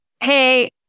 hey